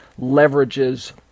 leverages